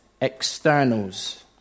externals